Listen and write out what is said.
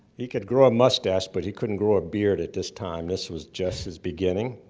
he could grow a mustache, but he couldn't grow a beard, at this time. this was just his beginning,